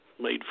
made